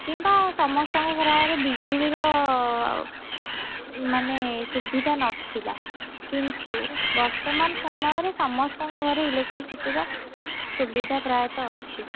କିମ୍ବା ସମସ୍ତଙ୍କ ଘରରେ ବିଜୁଳିର ମାନେ ସୁବିଧା ନଥିଲା କିନ୍ତୁ ବର୍ତ୍ତମାନ ସମୟରେ ସମସ୍ତଙ୍କ ଘରେ ଇଲେକ୍ଟ୍ରିସିଟିର ସୁବିଧା ପ୍ରାୟତଃ ଅଛି